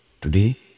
Today